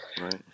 Right